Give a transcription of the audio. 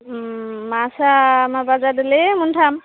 मासेया माबा जादोलै माथाम